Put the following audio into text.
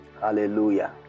Hallelujah